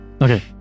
Okay